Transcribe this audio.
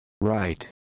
Right